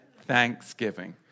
Thanksgiving